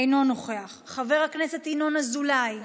אינו נוכח, חבר הכנסת ינון אזולאי,